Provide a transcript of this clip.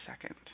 second